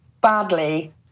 badly